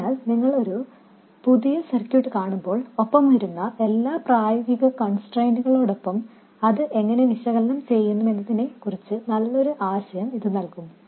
അതിനാൽ നിങ്ങൾ ഒരു പുതിയ സർക്യൂട്ട് കാണുമ്പോൾ അത് എങ്ങനെ വിശകലനം ചെയ്യണമെന്നതിനെ കുറിച്ചും ഒപ്പം വരുന്ന എല്ലാ പ്രായോഗിക നിയന്ത്രണങ്ങളെ കുറിച്ചുമുള്ള നല്ലൊരു ആശയം ഇത് നൽകും